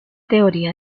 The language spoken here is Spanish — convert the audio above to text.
teoría